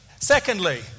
secondly